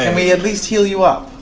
and we at least heal you up,